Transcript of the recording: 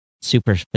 super